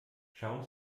schauen